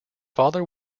father